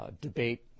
debate